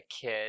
kid